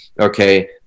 okay